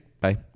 bye